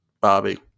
Bobby